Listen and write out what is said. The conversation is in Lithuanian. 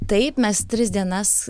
taip mes tris dienas